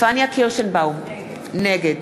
פניה קירשנבאום, נגד